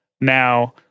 now